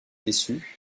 déçue